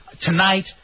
tonight